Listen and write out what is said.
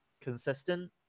consistent